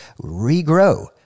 regrow